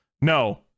No